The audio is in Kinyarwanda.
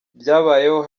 byabayeho